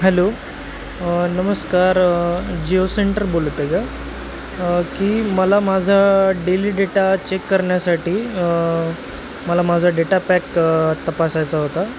hello नमस्कार Jio centre बोलत आहे का की मला माझा डेली डेटा चेक करण्यासाठी मला माझा डेटा पॅक तपासायचा होता